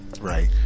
Right